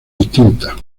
distintas